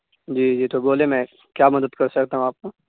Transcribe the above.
جی جی تو بولیے میں کیا مدد کر سکتا ہوں آپ کا